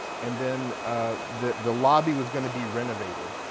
and then the the lobby was going to be renovated.